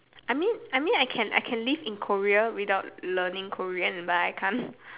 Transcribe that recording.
I mean I mean I can I can live in Korea without learning Korean but I can't